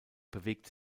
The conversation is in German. bewegt